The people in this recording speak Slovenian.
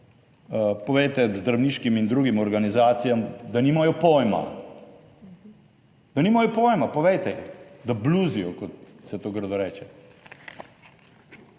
povejte zdravniškim in drugim organizacijam, da nimajo pojma, da nimajo pojma, povejte, da bluzijo, kot se to grdo reče.